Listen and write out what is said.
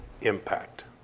impact